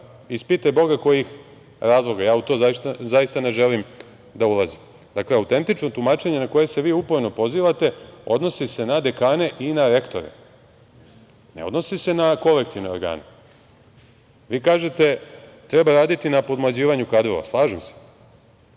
pitaj Boga kojih razloga. Ja u to zaista ne želim da ulazim. Dakle, autentično tumačenje na koje se vi uporno pozivate odnosi se na dekane i na rektore. Ne odnosi se na kolektivne organe. Vi kažete - treba raditi na podmlađivanju kadrova. Slažem se,